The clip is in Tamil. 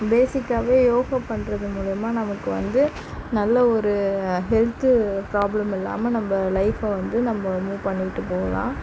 பேசிக்காகவே யோகா பண்றது மூலிமா நமக்கு வந்து நல்ல ஒரு ஹெல்த்து ப்ராப்ளம் இல்லாமல் நம்ப லைஃப்பை வந்து நம்ப மூவ் பண்ணிக்கிட்டு போகலாம்